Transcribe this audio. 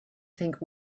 think